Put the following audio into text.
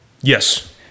Yes